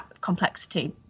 complexity